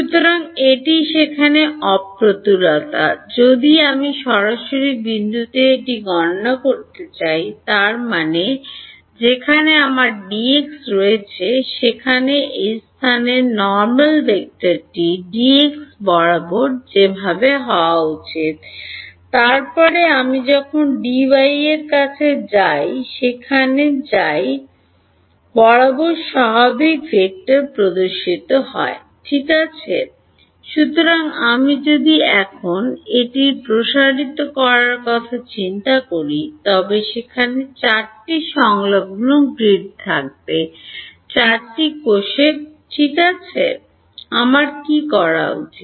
সুতরাং এটি সেখানে অপ্রতুলতা যদি আমি সরাসরি বিন্দুতে এটি গণনা করতে চাই তার মানে যেখানে আমার Dx রয়েছে সেখানে এই স্থানে নরমাল ভেক্টরটি Dx বরাবর যেভাবে হওয়া উচিত তারপরে আমি যখন Dy কাছে যাই যেখানে ডাই রাইট বরাবর স্বাভাবিক ভেক্টর প্রদর্শিত হয় সুতরাং আমি যদি এখন এটির প্রসারিত করার কথা চিন্তা করি তবে সেখানে চারটি সংলগ্ন গ্রিড থাকবে চারটি কোষের কোষ ঠিক আছে আমার কি করা উচিত